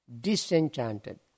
Disenchanted